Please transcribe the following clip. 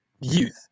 youth